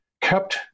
kept